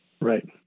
Right